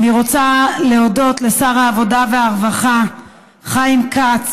אני רוצה להודות לשר העבודה והרווחה חיים כץ